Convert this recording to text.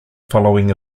following